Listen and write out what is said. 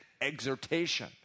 exhortation